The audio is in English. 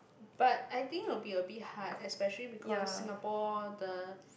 but I think will be a bit hard especially because Singapore the